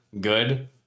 good